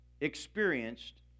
experienced